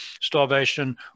starvation